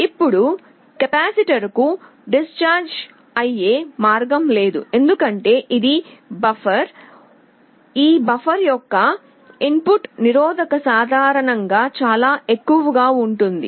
ఇప్పుడు కెపాసిటర్కు డిశ్చార్జ్ ఐయ్యే మార్గం లేదు ఎందుకంటే ఇది బఫర్ ఈ బఫర్ యొక్క ఇన్ పుట్ నిరోధకత సాధారణంగా చాలా ఎక్కువగా ఉంటుంది